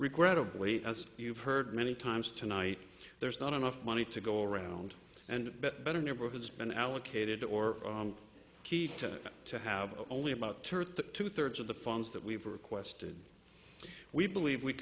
regrettably as you've heard many times tonight there's not enough money to go around and better neighborhoods been allocated or key to to have only about target two thirds of the funds that we have requested we believe we